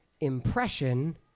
impression